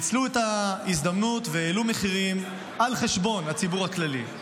הם ניצלו את ההזדמנות והעלו מחירים על חשבון הציבור הכללי.